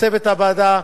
לצוות הוועדה,